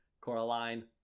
Coraline